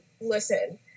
listen